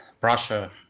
Prussia